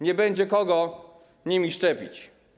Nie będzie kogo nimi szczepić.